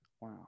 Wow